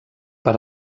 per